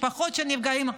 משפחות של נפגעים.